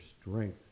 strength